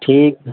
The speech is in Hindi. ठीक